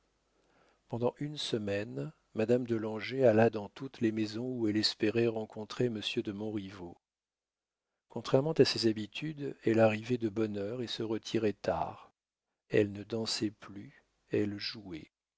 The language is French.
pendant une semaine madame de langeais alla dans toutes les maisons où elle espérait rencontrer monsieur de montriveau contrairement à ses habitudes elle arrivait de bonne heure et se retirait tard elle ne dansait plus elle jouait